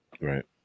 right